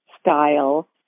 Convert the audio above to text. style